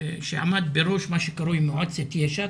שעמד בראש מה שקרוי מועצת יש"ע,